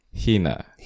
Hina